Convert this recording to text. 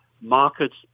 Markets